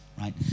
right